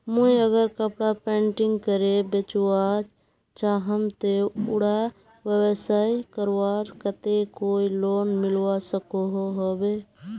मुई अगर कपड़ा पेंटिंग करे बेचवा चाहम ते उडा व्यवसाय करवार केते कोई लोन मिलवा सकोहो होबे?